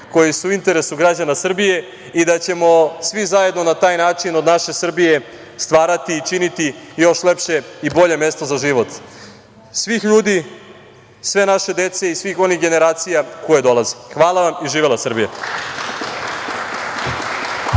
koji su u opštem interesu građana Srbije i da ćemo svi zajedno na taj način od naše Srbije stvarati i činiti još lepše i bolje mesto za život svih ljudi, sve naše dece i svih onih generacija koje dolaze. Hvala vam i živela Srbija.